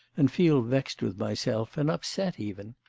and feel vexed with myself, and upset even.